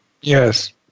Yes